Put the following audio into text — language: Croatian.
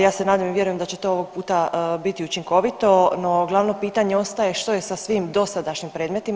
Ja se nadam i vjerujem da će to ovog puta biti učinkovito, no glavno pitanje ostaje što je sa svim dosadašnjim predmetima?